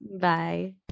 Bye